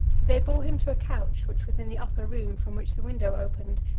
they bore him to a couch which was in the upper room from which the window opened,